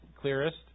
clearest